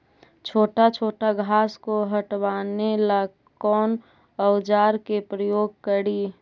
छोटा छोटा घास को हटाबे ला कौन औजार के प्रयोग करि?